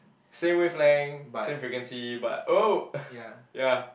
same wavelength same frequency but oh ya